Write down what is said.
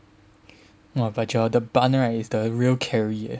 !wah! but Joel the bun right is the real carry eh